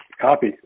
copy